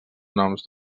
noms